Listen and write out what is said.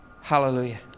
Hallelujah